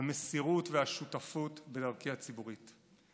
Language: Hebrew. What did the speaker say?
המסירות והשותפות בדרכי הציבורית.